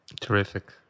Terrific